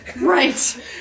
Right